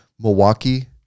Milwaukee